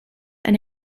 and